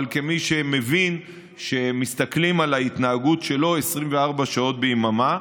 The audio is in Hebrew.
אבל מי שמבין שמסתכלים על ההתנהגות שלו 24 שעות ביממה.